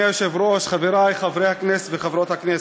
אדוני היושב-ראש, חברי חברי הכנסת וחברות הכנסת,